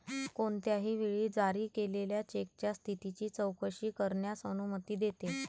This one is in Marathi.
कोणत्याही वेळी जारी केलेल्या चेकच्या स्थितीची चौकशी करण्यास अनुमती देते